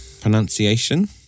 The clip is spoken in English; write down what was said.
pronunciation